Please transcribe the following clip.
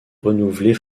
renouvelés